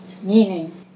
meaning